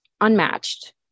unmatched